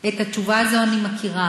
את התשובה הזאת אני מכירה,